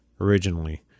originally